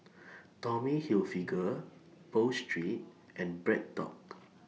Tommy Hilfiger Pho Street and BreadTalk